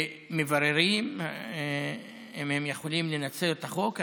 שמבררים אם הם יכולים לנצל את החוק,